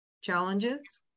challenges